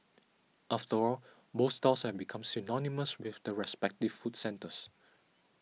after all both stalls have become synonymous with the respective food centres